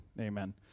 Amen